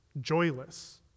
joyless